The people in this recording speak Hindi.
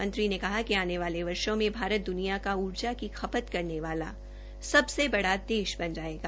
मंत्री ने कहा कि आने वाले वर्षो में भारत दुनिया का ऊर्जा की खपत वाला सबसे बड़ा देश बन जायेगा